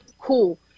Cool